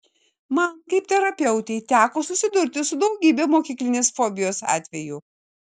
man kaip terapeutei teko susidurti su daugybe mokyklinės fobijos atvejų